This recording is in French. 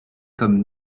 comme